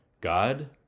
God